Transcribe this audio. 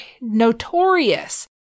notorious